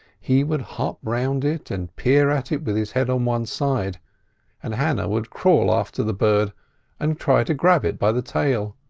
he would hop round it and peer at it with his head on one side and hannah would crawl after the bird and try to grab it by the tail.